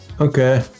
Okay